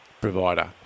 provider